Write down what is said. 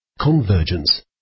Convergence